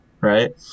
right